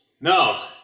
No